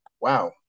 wow